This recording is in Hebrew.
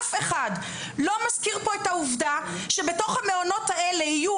אף אחד לא מזכיר פה את העובדה שבתוך המעונות האלה יהיו